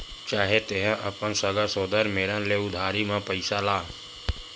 चाहे तेंहा अपन सगा सोदर मेरन ले उधारी म पइसा ला